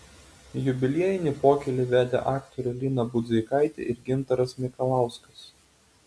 jubiliejinį pokylį vedė aktorė lina budzeikaitė ir gintaras mikalauskas